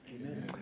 Amen